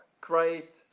great